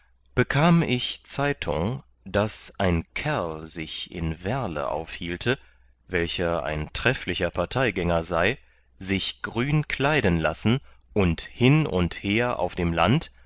bekam ich zeitung daß ein kerl sich in werle aufhielte welcher ein trefflicher parteigänger sei sich grün kleiden lassen und hin und her auf dem land